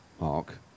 Mark